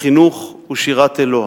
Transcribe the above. החינוך הוא שירת אלוה".